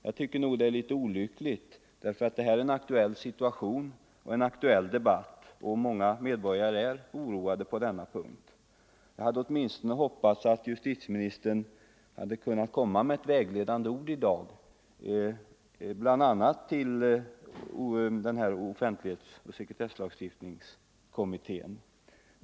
Jag tycker nog att det är litet olyckligt, därför att det här är en aktuell situation och en aktuell debatt och många medborgare är oroade på denna punkt. Jag hade åtminstone hoppats att justitieministern kunnat komma med ett vägledande ord i dag, bl.a. till offentlighetsoch sekretesslagstiftningskommittén.